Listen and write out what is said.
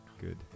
good